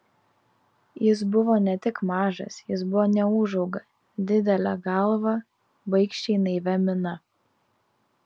jis buvo ne tik mažas jis buvo neūžauga didele galva baikščiai naivia mina